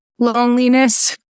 loneliness